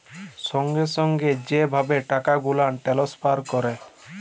সঙ্গে সঙ্গে যে ভাবে টাকা গুলাল টেলেসফার ক্যরে